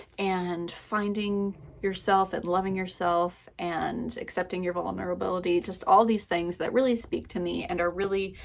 and finding yourself, and loving yourself, and accepting your vulnerability, just all these things that really speak to me and are really